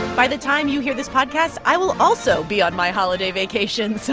by the time you hear this podcast, i will also be on my holiday vacation. so.